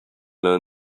learn